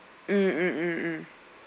mm